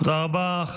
תודה רבה.